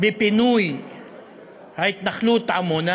בפינוי ההתנחלות עמונה